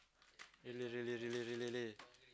really really really really